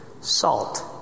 salt